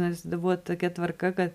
nes da buvo tokia tvarka ka